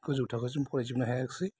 गोजौ थाखोसिम फरायजोबनो हायाखिसै